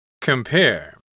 Compare